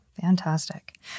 Fantastic